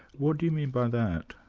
what do you mean by that?